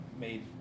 made